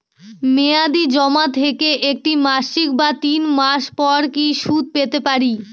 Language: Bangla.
মেয়াদী জমা থেকে আমি মাসিক বা তিন মাস পর কি সুদ পেতে পারি?